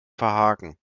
verhaken